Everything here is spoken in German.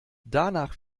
danach